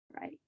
right